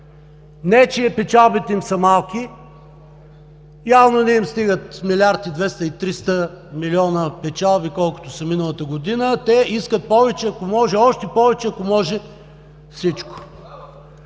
Не че печалбите им са малки, явно не им стигат милиард и 200, и 300 милиона печалби, колкото са за миналата година. Те искат повече. Ако може още повече. Ако може всичко!